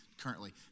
currently